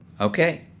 Okay